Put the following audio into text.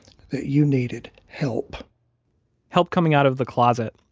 that you needed help help coming out of the closet,